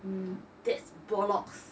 hmm that's bollocks